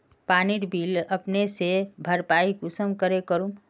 पानीर बिल अपने से भरपाई कुंसम करे करूम?